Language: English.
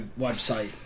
website